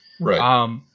Right